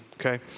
Okay